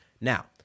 Now